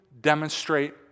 demonstrate